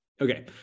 Okay